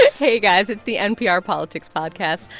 ah hey, guys, it's the npr politics podcast.